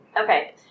Okay